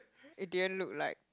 it didn't look like